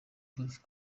golf